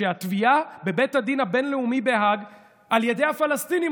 כשהתביעה בבית הדין הבין-לאומי בהאג על ידי הפלסטינים,